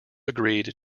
agreed